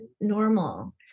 normal